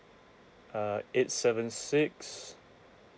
uh eight seven six